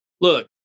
Look